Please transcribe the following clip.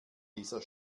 dieser